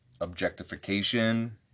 objectification